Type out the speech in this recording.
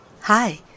Hi